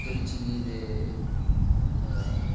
जोंनिथिंनि बे